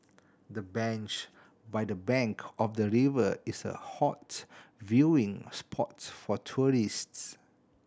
the bench by the bank of the river is a hot viewing spot for tourists